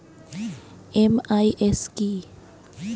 MIS কি?